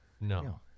no